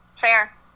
fair